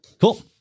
Cool